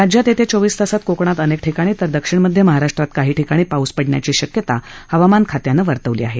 राज्यात येत्या चोवीस तासात कोकणात अनेक ठिकाणी तर दक्षिण मध्य महाराष्ट्रात काही ठिकाणी पाऊस पडण्याची शक्यता हवामान खात्यानं वर्तवली आहे